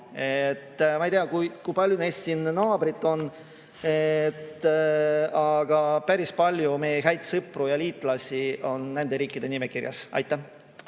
Ma ei tea, kui paljud neist siin naabrid on, aga päris palju meie häid sõpru ja liitlasi on nende riikide nimekirjas.